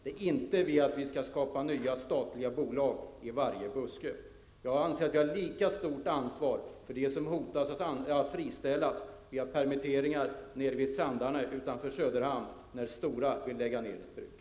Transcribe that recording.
Det är inte genom att vi skapar nya statliga bolag i varje buske. Jag anser att vi har lika stort ansvar för dem som hotas att friställas via permitteringar i Sandarne utanför Söderhamn, när Stora vill lägga ner ett bruk.